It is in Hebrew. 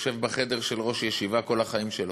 יושב בחדר של ראש ישיבה כל החיים שלו.